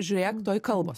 žiūrėk tuoj kalbos